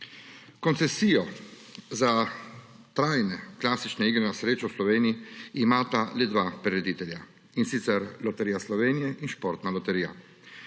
Koncesijo za trajne klasične igre na srečo v Sloveniji imata le dva prireditelja, in sicer Loterija Slovenije in Športna loterija.